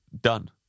done